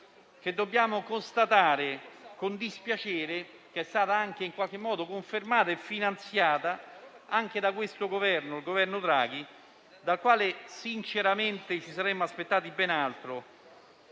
lo dobbiamo constatare con dispiacere - che è stata confermata e finanziata anche dal Governo Draghi, dal quale sinceramente ci saremmo aspettati ben altro.